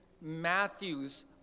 Matthew's